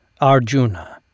Arjuna